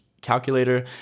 calculator